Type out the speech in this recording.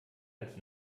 als